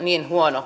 niin huono